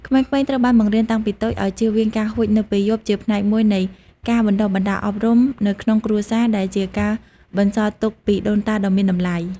ក្មេងៗត្រូវបានបង្រៀនតាំងពីតូចឲ្យជៀសវាងការហួចនៅពេលយប់ ជាផ្នែកមួយនៃការបណ្ដុះបណ្ដាលអប់រំនៅក្នុងគ្រួសារ ដែលជាការបន្សល់ទុកពីដូនតាដ៏មានតម្លៃ។